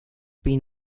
been